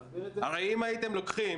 הרי אם הייתם לוקחים